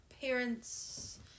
parents